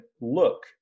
look